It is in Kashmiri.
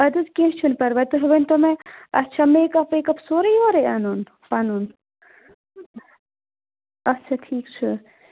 اَدٕ حظ کیٚنٛہہ چھُنہٕ پَرواے تُہۍ ؤنۍ تَو مےٚ اَسہِ چھا میک اَپ ویک اَپ سورُے یورَے اَنُن پَنُن اچھا ٹھیٖک چھُ